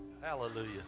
Hallelujah